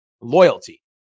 loyalty